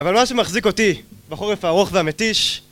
אבל מה שמחזיק אותי בחורף הארוך והמתיש?